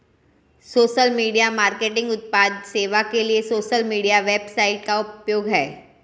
social media marketing उत्पाद सेवा के लिए सोशल मीडिया वेबसाइटों का उपयोग है